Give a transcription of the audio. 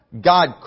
God